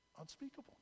unspeakable